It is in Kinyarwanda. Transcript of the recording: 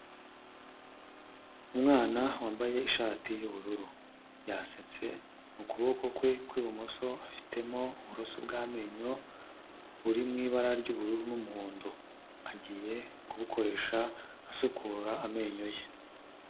Umwana wambaye ishati y'ubururu yasetse mu kuboko kwe kw'ibumoso afitemo uburoso bw'amenyo buri mu ibara ry'ubururu n'umuhondo agiye kubukoresha asukura amenyo ye.